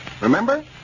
Remember